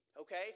okay